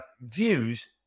Views